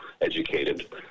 educated